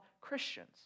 Christians